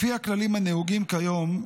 לפי הכללים הנהוגים היום,